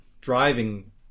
driving